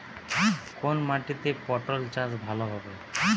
কোন মাটিতে পটল চাষ ভালো হবে?